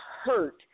hurt